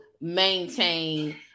maintain